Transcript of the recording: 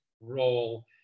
role